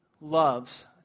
loves